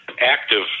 active